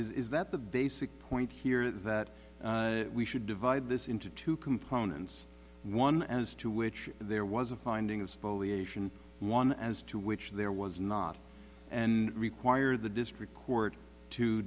is that the basic point here that we should divide this into two components one as to which there was a finding of spoliation one as to which there was not and require the district court to